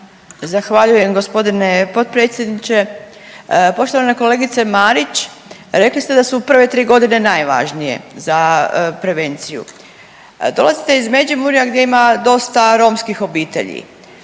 Zahvaljujem g. potpredsjedniče. Poštovana kolegice Marić. Rekli ste da su prve tri godine najvažnije za prevenciju. Dolazite iz Međimurja gdje ima dosta romskih obitelji,